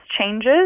changes